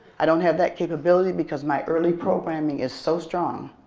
i don't have that capability because my early programming is so strong